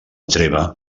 treva